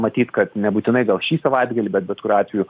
matyt kad nebūtinai gal šį savaitgalį bet bet kuriuo atveju